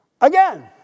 again